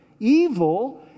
Evil